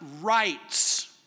rights